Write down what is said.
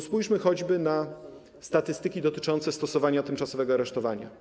Spójrzmy choćby na statystyki dotyczące stosowania tymczasowego aresztowania.